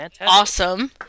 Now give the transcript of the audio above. awesome